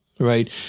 right